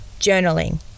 journaling